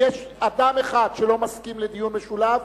אם יש אדם אחד שלא מסכים לדיון משולב,